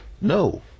no